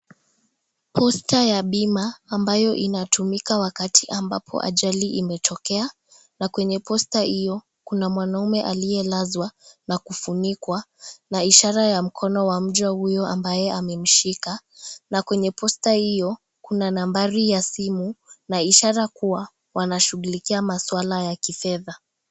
Poster ya bima ambayo inatumika wakati ambapo ajali imetokea, na kwenye poster hiyo kuna mwanamume aliyelazwa na kufunikwa na ishara ya mkono wa mtu huyo ambaye amemshika na kwenye poster hiyo kuna nambari ya simu na ishara kuwa wanashughulikia maswala ya kifedha.